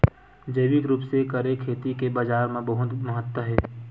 जैविक रूप से करे खेती के बाजार मा बहुत महत्ता हे